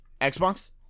Xbox